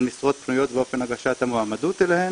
משרות פנויות ואופן הגשת המועמדות אליהן,